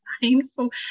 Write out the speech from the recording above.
painful